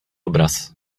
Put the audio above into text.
obraz